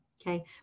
Okay